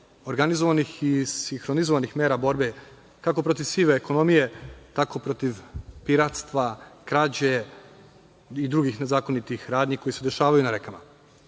organizovanih i sinhronizovanih mera borbe kako protiv sive ekonomije, tako protiv piratstva, krađe i drugih nezakonitih radnji koje se dešavaju na